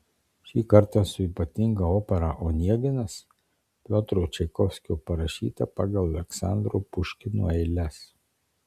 šį kartą su ypatinga opera oneginas piotro čaikovskio parašyta pagal aleksandro puškino eiles